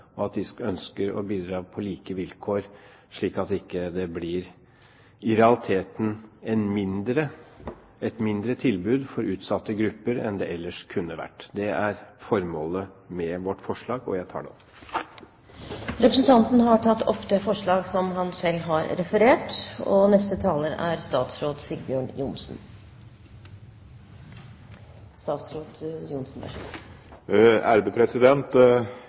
og de ønsker å bidra på like vilkår, slik at det i realiteten ikke blir et mindre tilbud for utsatte grupper enn det ellers kunne vært. Det er formålet med vårt forslag, og jeg tar det opp. Representanten Hans Olav Syversen har tatt opp det forslaget han